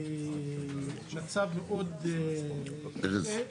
מצב מאוד קשה.